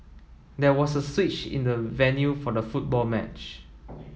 there was a switch in the venue for the football match